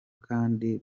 kandi